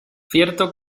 cierto